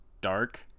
dark